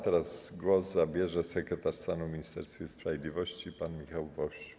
Teraz głos zabierze sekretarz stanu w Ministerstwie Sprawiedliwości pan Michał Woś.